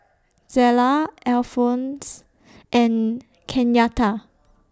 Zella Alphonse and Kenyatta